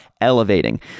elevating